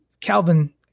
Calvin